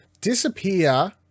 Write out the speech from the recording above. disappear